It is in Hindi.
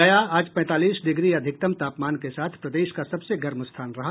गया आज पैंतालीस डिग्री अधिकतम तापमान के साथ प्रदेश का सबसे गर्म स्थान रहा